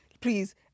please